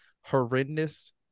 horrendous